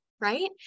right